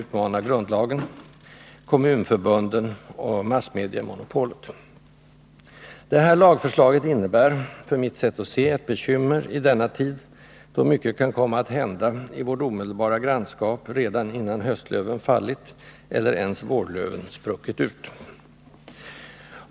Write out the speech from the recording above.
utmanar grundlagen — kommunförbunden och massmediamonopolet. Det här lagförslaget innebär, för mitt sätt att se, ett bekymmer i denna tid, då mycket kan komma att hända i vårt omedelbara grannskap redan innan höstlöven fallit eller ens vårlöven spruckit ut.